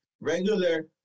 regular